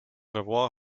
revoir